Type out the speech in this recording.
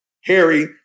Harry